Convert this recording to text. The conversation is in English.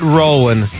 rolling